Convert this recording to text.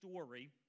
story